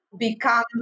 become